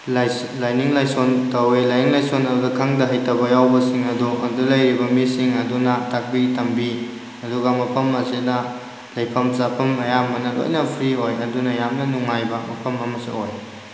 ꯂꯥꯏꯅꯤꯡ ꯂꯥꯏꯁꯣꯟ ꯇꯧꯋꯤ ꯂꯥꯏꯅꯤꯡ ꯂꯥꯏꯁꯣꯟ ꯑꯗꯨ ꯈꯪꯗ ꯍꯩꯇꯕ ꯌꯥꯎꯕꯁꯤꯡ ꯑꯗꯣ ꯑꯗꯨꯗ ꯂꯩꯔꯤꯕ ꯃꯤꯁꯤꯡ ꯑꯗꯨꯅ ꯇꯥꯛꯄꯤ ꯇꯝꯕꯤ ꯑꯗꯨꯒ ꯃꯐꯝ ꯑꯁꯤꯗ ꯂꯩꯐꯝ ꯆꯥꯐꯝ ꯑꯌꯥꯝꯕꯅ ꯂꯣꯏꯅ ꯐ꯭ꯔꯤ ꯑꯣꯏ ꯑꯗꯨꯅ ꯌꯥꯝꯅ ꯅꯨꯡꯉꯥꯏꯕ ꯃꯐꯝ ꯑꯃꯁꯨ ꯑꯣꯏ